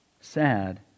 sad